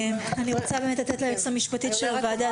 אני רוצה לתת ליועצת המשפטית של הוועדה